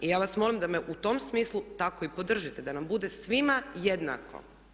I ja vas molim da me u tom smislu tako i podržite da nam bude svima jednako.